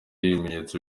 bimenyetso